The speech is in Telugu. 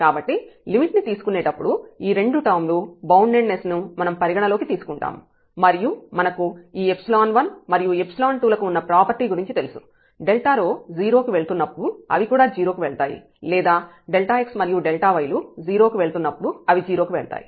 కాబట్టి లిమిట్ ని తీసుకునేటప్పుడు ఈ రెండు టర్మ్ ల బౌండెడ్నెస్ ను మనం పరిగణనలోకి తీసుకుంటాము మరియు మనకు ఈ 1 మరియు 2 లకు ఉన్న ప్రాపర్టీ గురించి తెలుసు Δρ 0 కి వెళ్తున్నప్పుడు అవి కూడా 0 కి వెళ్తాయి లేదా x మరియు y లు 0 కి వెళ్తున్నప్పుడు అవి 0 కి వెళ్తాయి